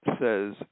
says